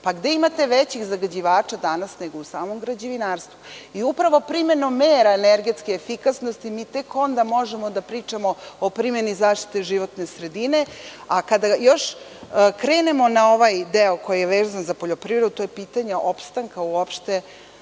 Gde imate većih zagađivača danas nego u samom građevinarstvu? Upravo primenom mera energetske efikasnosti tek onda možemo da pričamo o primeni zaštite životne sredine. Kada još krenemo na ovaj deo koji je vezan za poljoprivredu to je pitanje opstanka uopšte